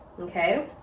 Okay